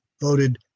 voted